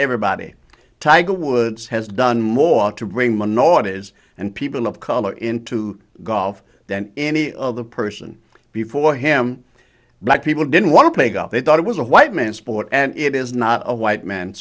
everybody tiger woods has done more to bring minorities and people of color into golf than any other person before him black people didn't want to play golf they thought it was a white man's sport and it is not a white man's